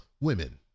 Women